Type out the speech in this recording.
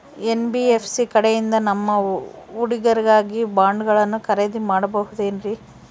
NBFC ಕಡೆಯಿಂದ ನಮ್ಮ ಹುಡುಗರಿಗಾಗಿ ಬಾಂಡುಗಳನ್ನ ಖರೇದಿ ಮಾಡಬಹುದೇನ್ರಿ?